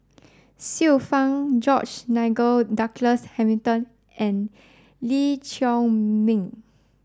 Xiu Fang George Nigel Douglas Hamilton and Lee Chiaw Meng